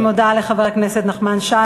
אני מודה לחבר הכנסת נחמן שי.